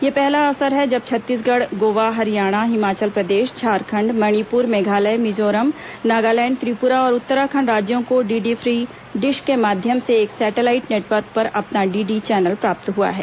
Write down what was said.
यह पहला अवसर है जब छत्तीसगढ़ गोवा हरियाणा हिमाचल प्रदेश झारखंड मणिप्र मेघालय मिजोरम नागालैंड त्रिपुरा और उत्तराखंड राज्यों को डीडी फ्री डिश के माध्यम से एक सैटेलाइट नेटवर्क पर अपना डीडी चैनल प्राप्त हुआ है